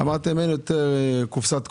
אמרתם שאין יותר קופסת קורונה,